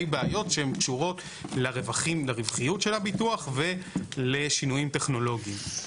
בעיות שהן קשורות לרווחיות של הביטוח ולשינויים טכנולוגיים.